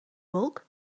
wolk